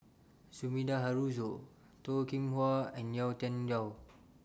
Sumida Haruzo Toh Kim Hwa and Yau Tian Yau